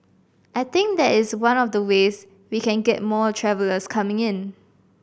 I think that is one of the ways we can get more travellers coming in